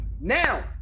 now